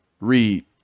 read